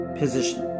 position